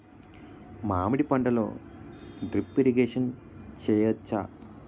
మామిడి పంటలో drip irrigation చేయచ్చా?